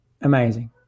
amazing